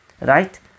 right